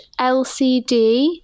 LCD